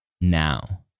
now